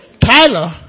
Tyler